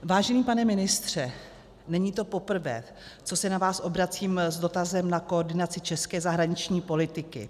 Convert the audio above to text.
Vážený pane ministře, není to poprvé, co se na vás obracím s dotazem na koordinaci české zahraniční politiky.